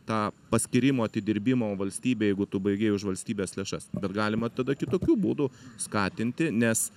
tą paskyrimo atidirbimo valstybei jeigu tu baigei už valstybės lėšas bet galima tada kitokiu būdu skatinti nes